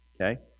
Okay